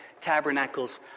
tabernacles